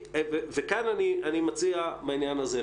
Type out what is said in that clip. כאן אני מציע בעניין הזה,